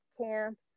camps